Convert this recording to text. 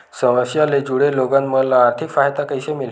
समस्या ले जुड़े लोगन मन ल आर्थिक सहायता कइसे मिलही?